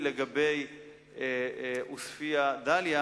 אדוני היושב-ראש,